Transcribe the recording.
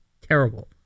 Terrible